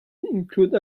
include